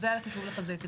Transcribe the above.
זה היה חשוב לחזק את זה.